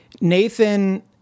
Nathan